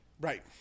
Right